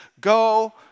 go